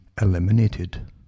eliminated